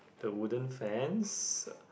the wooden fence